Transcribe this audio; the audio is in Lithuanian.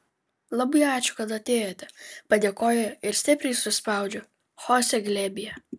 labai ačiū kad atėjote padėkoju ir stipriai suspaudžiu chosė glėbyje